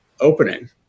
opening